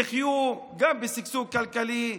יחיו גם בשגשוג כלכלי,